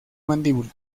mandíbula